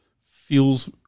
feels